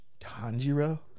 Tanjiro